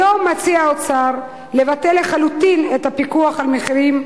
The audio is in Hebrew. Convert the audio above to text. היום מציע האוצר לבטל לחלוטין את הפיקוח על המחירים,